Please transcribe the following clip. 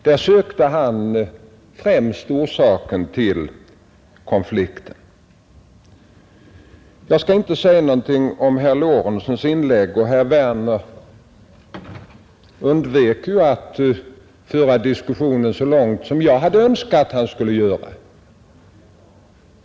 Där sökte alltså herr Bohman främst orsaken till konflikten. Jag skall inte säga någonting om herr Lorentzons inlägg. Herr Werner i Tyresö undvek ju att föra diskussionen så långt som jag hade önskat att han skulle göra.